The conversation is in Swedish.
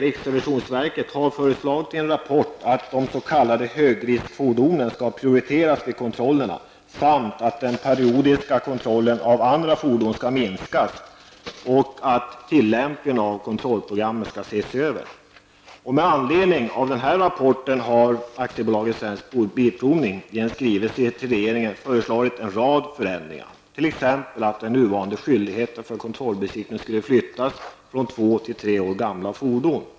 Riksrevisionsverket har föreslagit i en rapport att de s.k. högriskfordonen skall prioriteras vid kontrollerna, samt att den periodiska kontrollen av andra fordon skall minskas och att tillämpningen av kontrollprogrammen skall ses över. Bilprovning i en skrivelse till regeringen föreslagit en rad förändringar, t.ex. att den nuvarande skyldigheten för kontrollbesiktningen skulle flyttas från två till tre år gamla fordon.